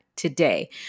today